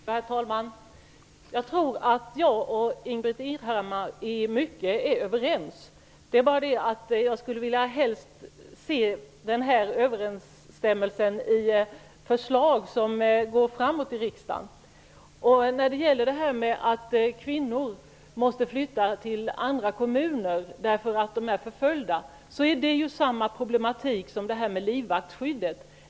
Herr talman! Jag tror att jag och Ingbritt Irhammar i mycket är överens. Jag skulle helst se den här överensstämmelsen i förslag som går framåt i riksdagen. Att kvinnor måste flytta till annan kommun därför att de är förföljda är samma sorts problem som att de behöver livvaktsskydd.